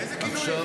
איזה כינויים?